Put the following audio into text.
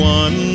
one